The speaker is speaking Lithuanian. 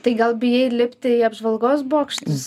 tai gal bijai lipti į apžvalgos bokštus